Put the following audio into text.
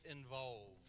involved